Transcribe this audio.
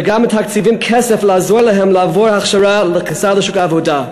וגם מתקצבים כסף לעזור להם לעבור הכשרה לכניסה לשוק העבודה,